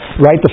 right